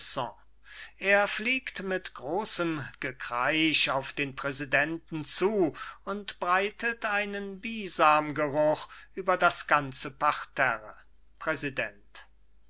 er fliegt mit großem gekreisch auf den präsidenten zu und breitet einen bisamgeruch über das ganze parterre präsident